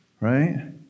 Right